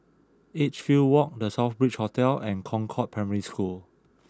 Edgefield Walk The Southbridge Hotel and Concord Primary School